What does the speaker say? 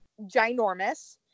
ginormous